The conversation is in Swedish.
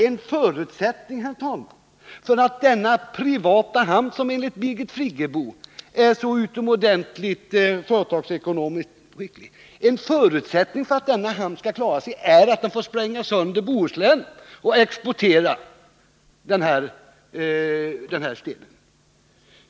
En förutsättning, herr talman, för att denna privata hamn, som enligt Birgit Friggebo är så utomordentligt företagsekonomiskt viktig, skall klara sig är alltså att man får spränga sönder Bohuslän och exportera den här stenen.